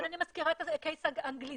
לכן אני מזכירה את ה-case study האנגלי.